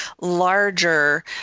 larger